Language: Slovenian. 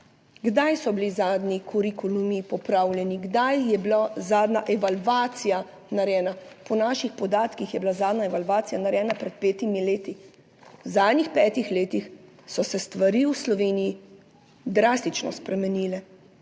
kdaj so bili zadnji kurikulumi popravljeni, kdaj je bila zadnja evalvacija narejena? Po naših podatkih je bila zadnja evalvacija narejena pred petimi leti. V zadnjih petih letih so se stvari v Sloveniji drastično spremenile,